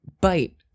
bite